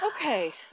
Okay